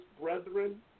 brethren